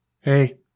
Hey